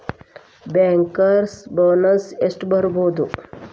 Bankers bonus ಎಷ್ಟ್ ಬರ್ಬಹುದು?